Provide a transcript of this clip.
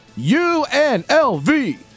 UNLV